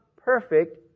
perfect